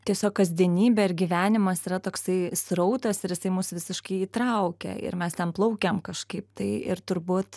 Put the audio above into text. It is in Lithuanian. tiesiog kasdienybė ir gyvenimas yra toksai srautas ir jisai mus visiškai įtraukia ir mes ten plaukiam kažkaip tai ir turbūt